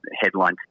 headline